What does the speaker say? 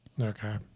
Okay